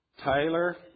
Tyler